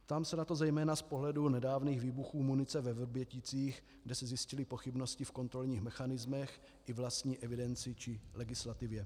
Ptám se na to zejména z pohledu nedávných výbuchů munice ve Vrběticích, kde se zjistily pochybnosti v kontrolních mechanismech i vlastní evidenci či legislativě.